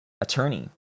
attorney